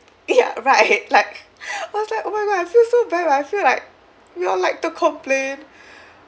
ya right like I was like oh my god I feel so bad but I feel like we all like to complain